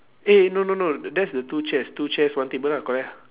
eh no no no that's the two chairs two chairs one table lah correct lah